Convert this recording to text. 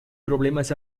problemas